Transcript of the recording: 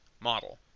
model